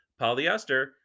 polyester